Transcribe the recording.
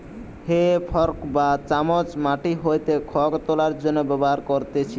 হে fork বা চামচ মাটি হইতে খড় তোলার জন্য ব্যবহার করতিছে